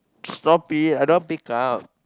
stop it I don't want pick up